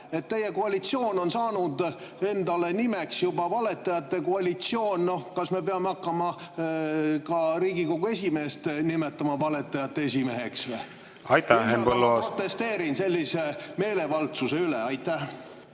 Teie koalitsioon on juba saanud endale nimeks valetajate koalitsioon. Kas me peame hakkama ka Riigikogu esimeest nimetama valetajate esimeheks? Ühesõnaga, ma protesteerin sellise meelevaldsuse üle. Aitäh!